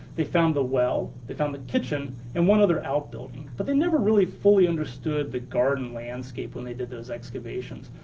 they found the well, they found the kitchen, and one other outbuilding. but they never really fully understood the garden landscape when they did those excavations.